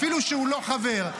אפילו שהוא לא חבר.